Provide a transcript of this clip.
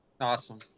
Awesome